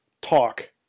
talk